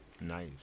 Nice